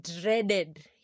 dreaded